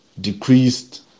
decreased